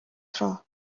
tráth